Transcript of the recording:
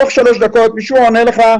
תוך שלוש דקות מישהו עונה לך,